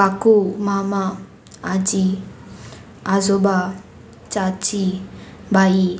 काकू मामा आजी आजोबा चाची भाई